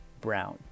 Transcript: Brown